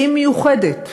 היא מיוחדת.